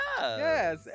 Yes